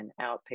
outpatient